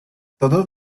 todos